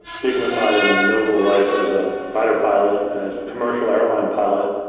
dignified, and noble life as a fighter pilot, and as a commercial airline pilot.